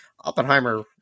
Oppenheimer